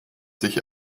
sich